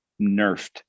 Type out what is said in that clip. nerfed